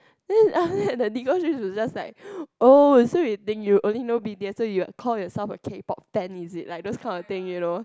then I only have the legal think is just like oh so you think you only know B_T_S so you call yourself a K-Pop fans is it like those kinds of thing you know